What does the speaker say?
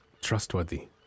trustworthy